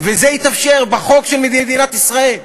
וזה התאפשר בחוק של מדינת ישראל.